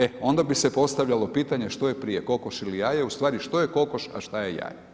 E onda bi se postavljalo pitanje što je prije kokoš ili jaje, u stvari što je kokoš, a šta je jaje?